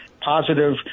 positive